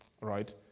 right